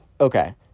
okay